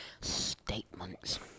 statements